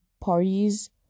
parties